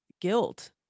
guilt